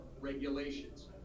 regulations